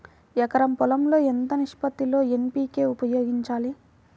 ఎకరం పొలం లో ఎంత నిష్పత్తి లో ఎన్.పీ.కే ఉపయోగించాలి?